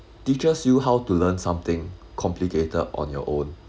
teaches you how to learn something complicated on your own